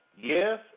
Yes